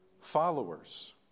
followers